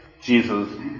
Jesus